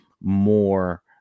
more